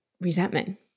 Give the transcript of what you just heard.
resentment